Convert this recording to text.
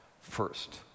first